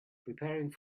preparing